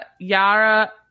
Yara